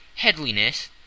headliness